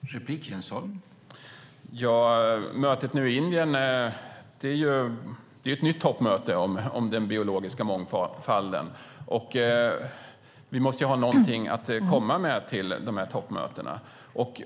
Herr talman! Mötet i Indien är ett nytt toppmöte om den biologiska mångfalden, och vi måste ju ha någonting att komma med till de här toppmötena.